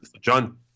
John